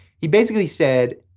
he basically said,